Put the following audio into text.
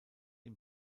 ihn